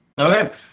Okay